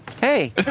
Hey